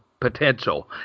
potential